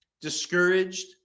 discouraged